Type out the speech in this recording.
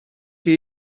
chi